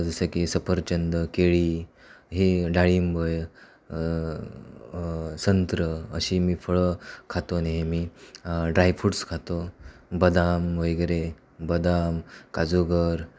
जसे की सफरचंद केळी ही डाळिंब संत्रं अशी मी फळं खातो नेहमी ड्राय फ्रुटस खातो बदाम वगैरे बदाम काजूगर